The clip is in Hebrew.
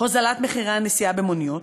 הוזלת מחירי הנסיעה במוניות,